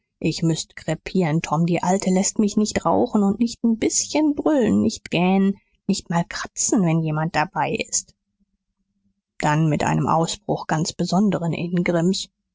ich müßt krepieren tom die alte läßt mich auch nicht rauchen und nicht n bißchen brüllen nicht gähnen nicht mal kratzen wenn jemand dabei ist dann mit einem ausbruch ganz besonderen ingrimms